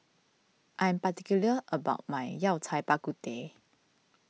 I am particular about my Yao Cai Bak Kut Teh